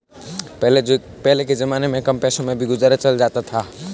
पहले के जमाने में कम पैसों में भी गुजारा चल जाता था